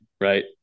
Right